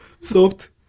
soft